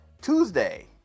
Tuesday